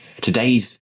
today's